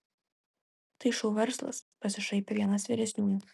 tai šou verslas pasišaipė vienas vyresniųjų